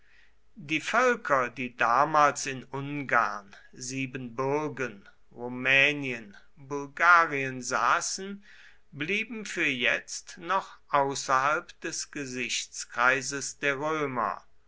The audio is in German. die völker die damals in ungarn siebenbürgen rumänien bulgarien saßen blieben für jetzt noch außerhalb des gesichtskreises der römer